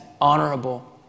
honorable